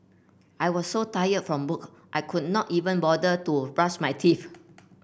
I was so tired from work I could not even bother to brush my teeth